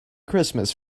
christmas